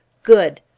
good.